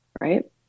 Right